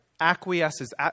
acquiesces